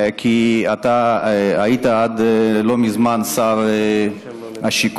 כי אתה היית עד לא מזמן שר השיכון,